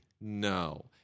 No